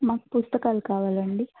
మాకు పుస్తకాలు కావాలండి